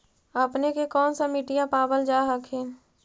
अपने के कौन सा मिट्टीया पाबल जा हखिन?